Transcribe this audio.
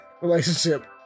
relationship